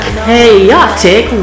chaotic